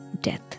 death